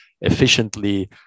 efficiently